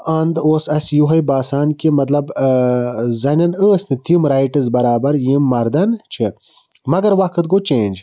اَنٛدٕ اوس اسہِ یِہوے باسان کہِ مطلب ٲں زَنیٚن ٲسۍ نہٕ تِم رایٹٕز بَرابَر یِم مَردَن چھِ مگر وقت گوٚو چینٛج